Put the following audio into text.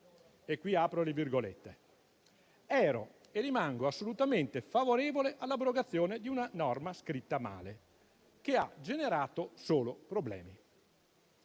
ha affermato che era e rimane assolutamente favorevole all'abrogazione di una norma scritta male, che ha generato solo problemi.